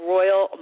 Royal